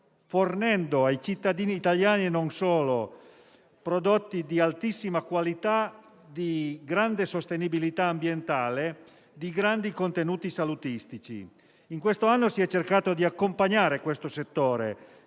fornendo ai cittadini italiani - e non solo - prodotti di altissima qualità, di grande sostenibilità ambientale e di grandi contenuti salutistici. Nel corso dell'anno si è cercato di accompagnare questo settore